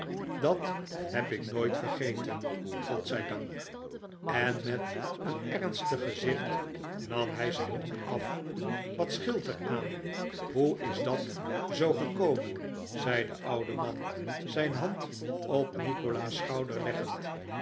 dat heb ik nooit vergeten god zij dank en met een ernstig gezicht nam hij zijn hoed af wat scheelt er aan hoe is dat zoo gekomen zei de oude man zijn hand op nikolaas schouder leggend